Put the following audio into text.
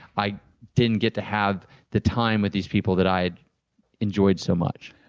i didn't get to have the time with these people that i had enjoyed so much.